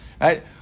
Right